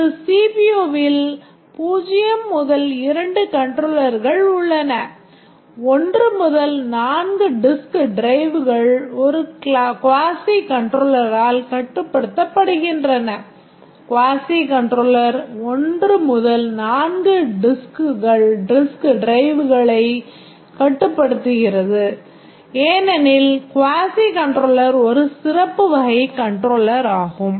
ஒரு CPU வில் 0 முதல் 2 கண்ட்ரோலர்கள் உள்ளன 1 முதல் 4 disk driveகள் ஒரு quasi கண்ட்ரோலரால் கட்டுப்படுத்தப்படுகின்றன quasi கண்ட்ரோலர் 1 முதல் 4 disk driveகளை கட்டுப்படுத்துகிறது ஏனெனில் quasi கண்ட்ரோலர் ஒரு சிறப்பு வகை கண்ட்ரோலராகும்